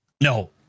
No